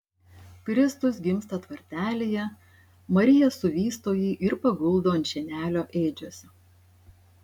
kristus gimsta tvartelyje marija suvysto jį ir paguldo ant šienelio ėdžiose